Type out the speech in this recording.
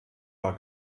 war